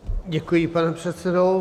Děkuji, pane předsedo.